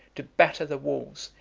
to batter the walls,